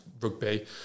rugby